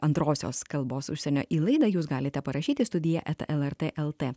antrosios kalbos užsienio į laidą jūs galite parašyti studija eta lrt lt